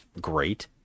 great